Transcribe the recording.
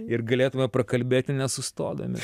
ir galėtume pakalbėti nesustodami